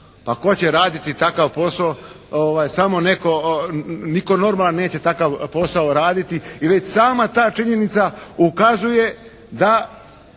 A tko će raditi takav posao? Samo netko, nitko normalan neće takav posao raditi. I već sama ta činjenica ukazuje da